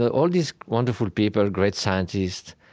ah all these wonderful people, great scientists,